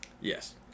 Yes